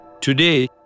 Today